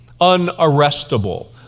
unarrestable